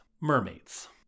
mermaids